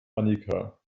annika